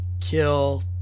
kill